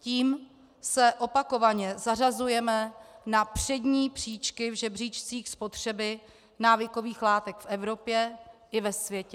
Tím se opakovaně zařazujeme na přední příčky v žebříčcích spotřeby návykových látek v Evropě i ve světě.